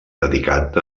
dedicat